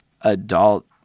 adult